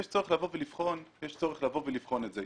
יש צורך לבוא ולבחון את זה.